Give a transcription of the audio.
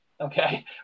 okay